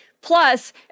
Plus